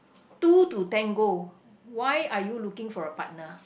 two to ten goal why are you looking for a partner